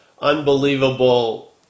unbelievable